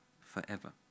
forever